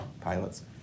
pilots